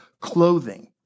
clothing